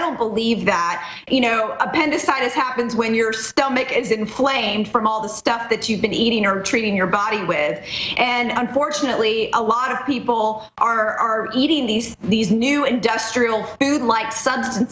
don't believe that you know abandon side as happens when your stomach is inflamed from all the stuff that you've been eating or treating your body with and unfortunately a lot of people are eating these these new industrial food like s